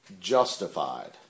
justified